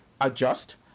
adjust